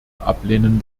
ablehnen